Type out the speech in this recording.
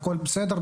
והכל בסדר.